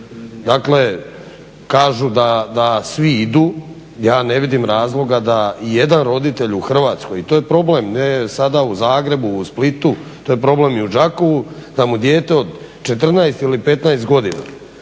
Dakle kažu da svi idu, ja ne vidim razloga da ijedan roditelj u Hrvatskoj, i to je problem, ne sada u Zagrebu, u Splitu, to je problem i u Đakovu, da mu dijete od 14 ili 15 godina